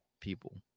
people